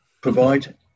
provide